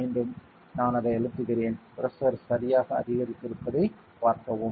மீண்டும் நான் நான் அதை அழுத்துகிறேன் பிரஷர் சரியாக அதிகரித்திருப்பதைப் பார்க்கவும்